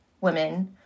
women